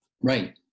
Right